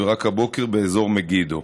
רק הבוקר באזור מגידו.